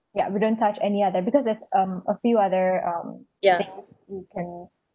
yeah we don't touch any other because there's um a few other um things you can